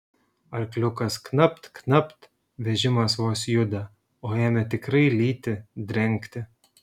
arkliukas knapt knapt vežimas vos juda o ėmė tikrai lyti drengti